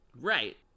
Right